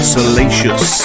Salacious